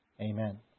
Amen